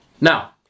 Now